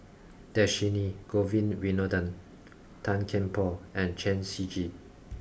Dhershini Govin Winodan Tan Kian Por and Chen Shiji